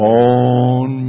on